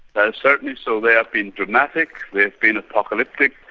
that's certainly so. they have been dramatic, they have been apocalyptic.